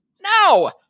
No